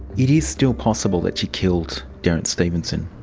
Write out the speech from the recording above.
it is still possible that you killed derrance stevenson.